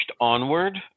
onward